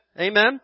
Amen